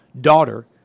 daughter